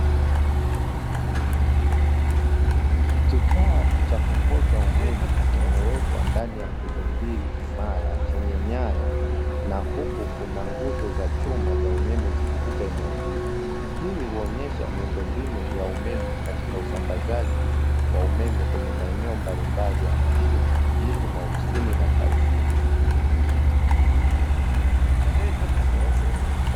Kifaa cha kupoza umeme kimewekwa ndani ya nguzo mbili imara chenye nyaya na huku kuna nguzo za chuma za umeme zikipita eneo hili. Hii huonyesha miundombinu ya umeme katika usambazaji a umeme kwenye maeneo mbalimbali ya mjini, vijijini, maofisisni na kazini.